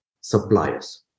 suppliers